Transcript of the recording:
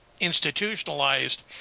institutionalized